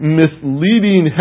misleading